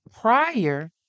prior